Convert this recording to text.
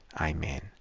Amen